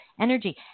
energy